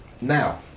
Now